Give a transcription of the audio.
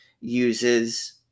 uses